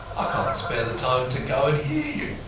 i can't spare the time to go and hear you.